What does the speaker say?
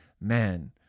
man